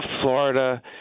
Florida